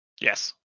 yes